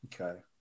Okay